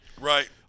Right